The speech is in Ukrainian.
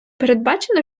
передбачено